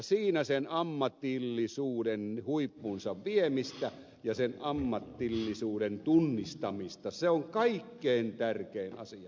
siinä sen ammatillisuuden huippuunsa vieminen ja sen ammatillisuuden tunnistaminen on kaikkein tärkein asia